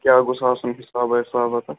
کیٛاہ گوٚژھ آسُن حِسابا وحسابا کانٛہہ